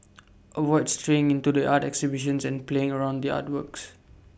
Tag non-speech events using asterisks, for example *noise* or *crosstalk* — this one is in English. *noise* avoid straying into the art exhibitions and playing around the artworks